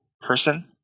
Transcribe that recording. person